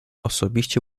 osobiście